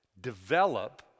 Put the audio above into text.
develop